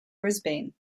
brisbane